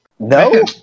No